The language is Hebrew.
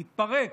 תתפרק,